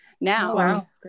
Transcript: Now